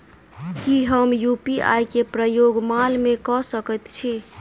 की हम यु.पी.आई केँ प्रयोग माल मै कऽ सकैत छी?